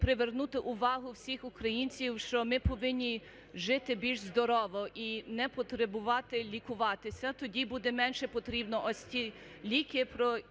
привернути увагу всіх українців, що ми повинні жити більш здорово і не потребувати лікуватися, тоді буде менше потрібно ось ті ліки,